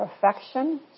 perfection